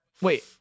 wait